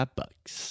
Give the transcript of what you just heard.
bucks